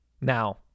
Now